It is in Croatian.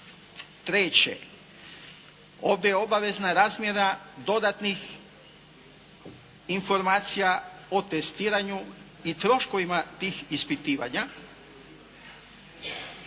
Treće. Obavezna je razmjera dodatnih informacija o testiranju i troškovima tih ispitivanja.